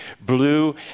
blue